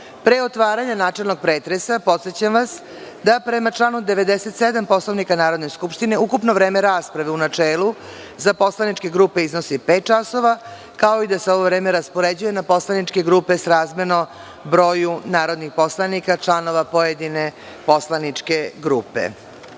otvaranja načelnog pretresa podsećam vas da, prema članu 97. Poslovnika Narodne skupštine, ukupno vreme rasprave u načelu za poslaničke grupe iznosi pet časova, kao i da se ovo vreme raspoređuje na poslaničke grupe srazmerno broju narodnih poslanika članova pojedine poslaničke